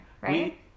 right